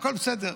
הכול בסדר.